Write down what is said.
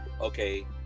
okay